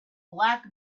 black